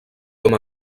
com